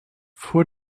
voor